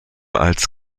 als